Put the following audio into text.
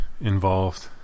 involved